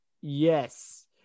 Yes